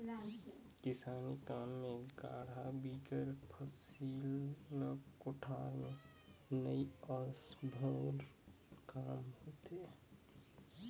किसानी काम मे गाड़ा बिगर फसिल ल कोठार मे लनई असम्भो काम होथे